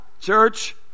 church